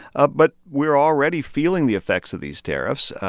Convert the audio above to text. ah but we're already feeling the effects of these tariffs.